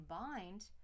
combined